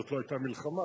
זאת לא היתה מלחמה,